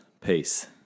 Peace